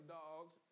dogs